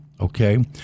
okay